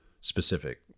specific